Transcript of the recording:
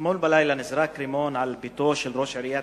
אתמול בלילה נזרק רימון על ביתו של ראש עיריית